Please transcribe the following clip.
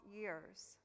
years